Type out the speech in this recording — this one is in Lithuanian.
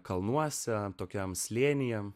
kalnuose tokiam slėnyje